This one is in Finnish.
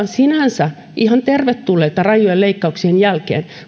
sinänsä ihan tervetulleita rajujen leikkauksien jälkeen